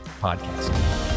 podcast